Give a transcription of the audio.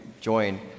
join